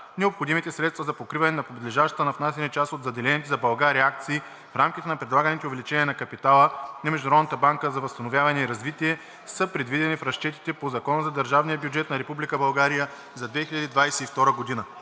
Необходимите средства за покриване на подлежащата на внасяне част от заделените за България акции в рамките на предлаганите увеличения на капитала на Международната банка за възстановяване и развитие са предвидени в разчетите по Закона за държавния бюджет на Република